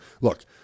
look